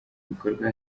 ibikorwa